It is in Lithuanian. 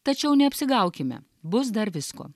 tačiau neapsigaukime bus dar visko